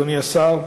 אדוני השר,